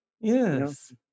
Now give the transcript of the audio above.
Yes